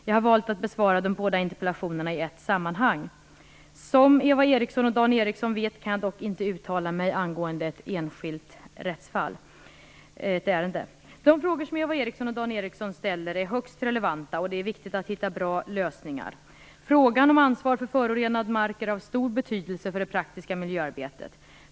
Jag har valt att besvara de båda interpellationerna i ett sammanhang. Som Eva Eriksson och Dan Ericsson vet kan jag dock inte uttala mig angående ett enskilt ärende. De frågor som Eva Eriksson och Dan Ericsson ställer är högst relevanta, och det är viktigt att hitta bra lösningar. Frågan om ansvar för förorenad mark är av stor betydelse för det praktiska miljöarbetet.